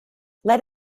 let